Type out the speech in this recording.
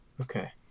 Okay